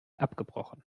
abgebrochen